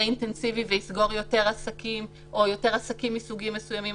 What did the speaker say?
אינטנסיבי ויסגור יותר עסקים או יותר עסקים מסוגים מסוימים.